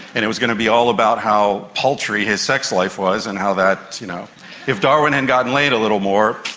and it was going to be all about how paltry his sex life was and how that you know if darwin had gotten laid a bit more,